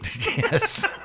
Yes